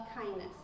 kindness